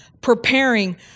preparing